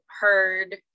heard